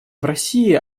россии